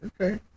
okay